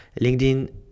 LinkedIn